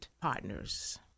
partners